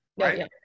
right